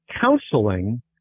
counseling